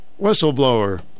Whistleblower